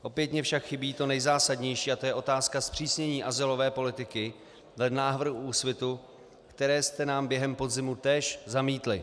Opětně však chybí to nejzásadnější a to je otázka zpřísnění azylové politiky dle návrhu Úsvitu, které jste nám během podzimu též zamítli.